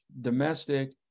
domestic